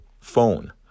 phone